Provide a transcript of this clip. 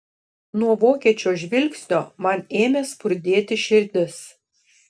nuo vokiečio žvilgsnio man ėmė spurdėti širdis